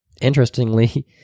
interestingly